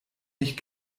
nicht